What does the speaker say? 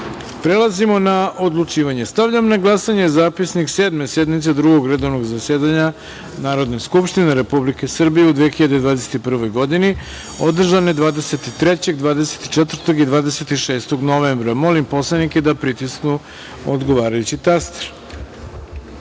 zapisnike. Prelazimo na odlučivanje. Stavljam na glasanje zapisnik Sedme sednice Drugog redovnog zasedanja Narodne skupštine Republike Srbije u 2021. godini, održane 23, 24. i 26. novembra. Molim poslanike da pritisnu odgovarajući